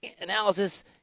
analysis